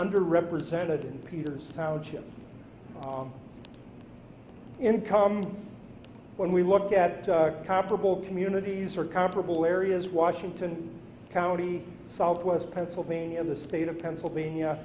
under represented in peter's township on income when we look at comparable communities or comparable areas washington county southwest pennsylvania the state of pennsylvania